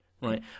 right